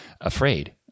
afraid